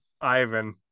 Ivan